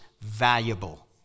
valuable